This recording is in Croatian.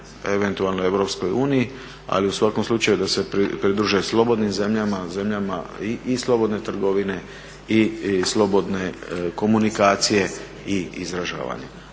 eventualno EU ali u svakom slučaju da se pridruže slobodnim zemljama, zemljama i slobodne trgovine i slobodne komunikacije i izražavanja.